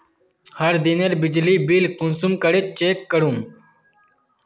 हर दिनेर बिजली बिल कुंसम करे चेक करूम?